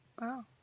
Wow